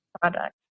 product